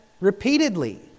repeatedly